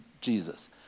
Jesus